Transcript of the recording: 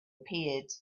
appeared